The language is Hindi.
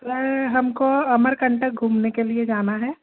सर हमको अमरकंटक घूमने के लिए जाना है